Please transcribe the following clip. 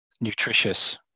nutritious